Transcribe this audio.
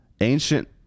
ancient